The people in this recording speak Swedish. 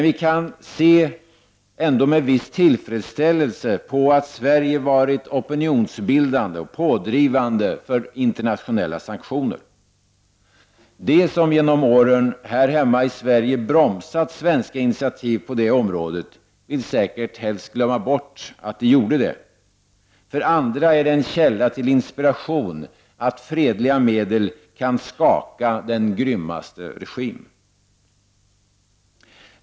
Vi kan emellertid känna en viss tillfredsställelse med att Sverige varit pådrivande i opinionsbildningen för internationella sanktioner. De som genom åren bromsat svenska initiativ på detta område vill säker helst glömma bort att de gjorde det. För andra är det en källa till inspiration att fredliga medel kan skaka den grymmaste regim.